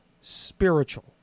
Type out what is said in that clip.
spiritual